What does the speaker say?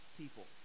people